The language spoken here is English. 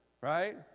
right